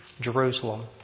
Jerusalem